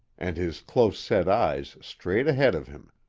and his close-set eyes straight ahead of him,